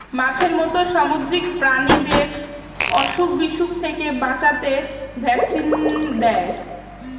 মাছের মত সামুদ্রিক প্রাণীদের অসুখ বিসুখ থেকে বাঁচাতে ভ্যাকসিন দেয়